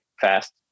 fast